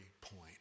point